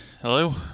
Hello